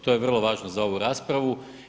To je vrlo važno za ovu raspravu.